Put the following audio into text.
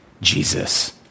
Jesus